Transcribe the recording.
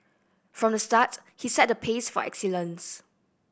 from the start he set the pace for excellence